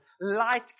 Light